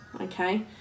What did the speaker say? Okay